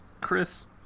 Chris